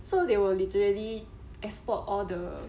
so they will literally export all the